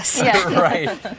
right